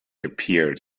appeared